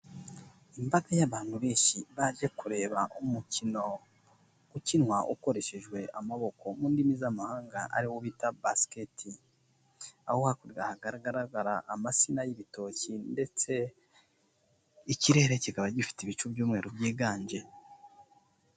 Imbaga y'abantu benshi baje kureba umukino ukinwa ukoreshejwe amaboko, mu ndimi z'amahanga ari wo bita basiketi aho haku hagaragara amasina y'ibitoki ndetse ikirere kikaba gifite ibice by'umweru byiganje.